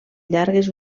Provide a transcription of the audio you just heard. llargues